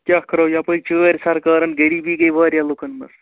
کیٛاہ کَرَو یَپٲرۍ چٲرۍ سَرکارَن غریٖبی گٔے واریاہ لُکَن منٛز